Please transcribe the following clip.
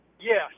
Yes